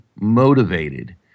motivated